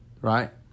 Right